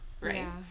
Right